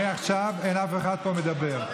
מעכשיו אין אף אחד פה שידבר.